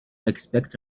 expect